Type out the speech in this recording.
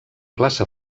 plaça